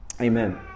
Amen